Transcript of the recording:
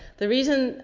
the reason